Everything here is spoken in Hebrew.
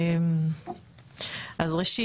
אז ראשית,